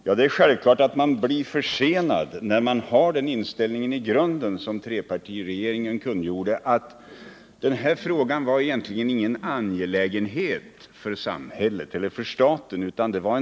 Ja, det är självklart att man ”blir försenad” när man har den inställningen i grunden som trepartiregeringen kungjorde, att den här frågan var egentligen ingen angelägenhet för samhället eller för staten.